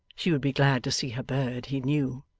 she would be glad to see her bird, he knew.